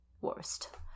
worst